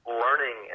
learning